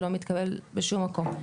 זה לא מתקבל בשום מקום.